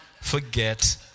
forget